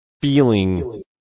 feeling